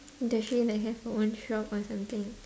does she like have her own shop or something